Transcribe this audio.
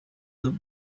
that